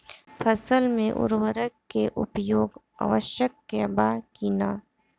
फसल में उर्वरक के उपयोग आवश्यक बा कि न?